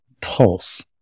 pulse